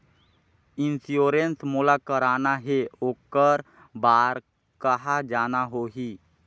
Insurance मोला कराना हे ओकर बार कहा जाना होही?